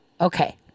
okay